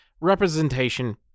representation